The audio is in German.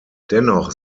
dennoch